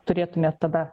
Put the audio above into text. turėtume tada